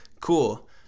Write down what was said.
cool